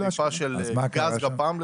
דליפה של גז גפ"מ,